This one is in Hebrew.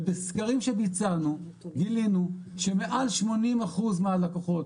ובסקרים שבצענו גילינו שמעל 80 אחוז מהלקוחות